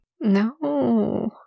No